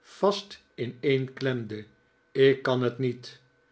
vast ineenklemde ik kan het niet